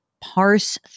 parse